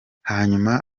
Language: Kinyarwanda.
hanyuma